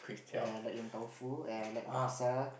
and I like Yong-Tau-Foo and I like Laksa